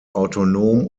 autonom